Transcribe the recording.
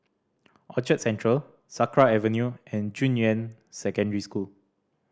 Orchard Central Sakra Avenue and Junyuan Secondary School